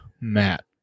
Matt